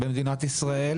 בישראל,